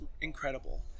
incredible